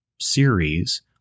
series